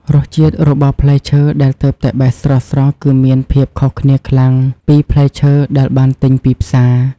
រសជាតិរបស់ផ្លែឈើដែលទើបតែបេះស្រស់ៗគឺមានភាពខុសគ្នាខ្លាំងពីផ្លែឈើដែលបានទិញពីផ្សារ។